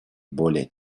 более